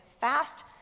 fast